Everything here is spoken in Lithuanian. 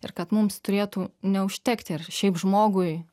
ir kad mums turėtų neužtekti ar šiaip žmogui